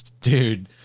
dude